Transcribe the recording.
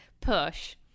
push